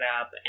up